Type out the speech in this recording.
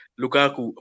lukaku